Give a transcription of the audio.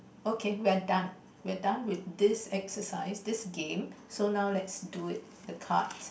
okay we are done we are done with this exercise this game so now let's do it the cards